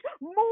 More